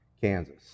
Kansas